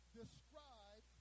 describe